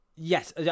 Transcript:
yes